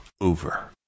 over